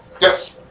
Yes